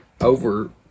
over